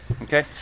Okay